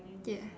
yes